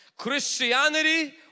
Christianity